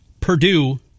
Purdue